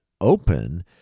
open